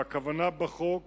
והכוונה בחוק